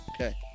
Okay